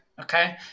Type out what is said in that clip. okay